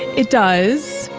it does,